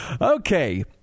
Okay